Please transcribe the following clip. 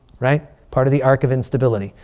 right? part of the arc of instability.